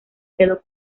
quedó